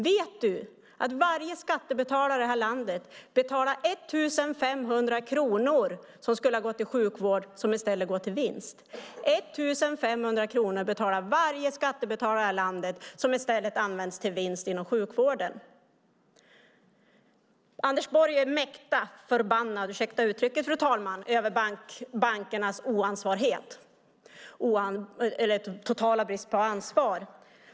Vet du, Gunnar Andrén, att varenda skattebetalare i det här landet betalar 1 500 kronor som går till vinst inom sjukvården - pengar som i stället skulle ha gått till sjukvård? Anders Borg är mäkta förbannad - ursäkta uttrycket, fru talman - över bankernas totala brist på ansvar.